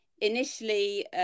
initially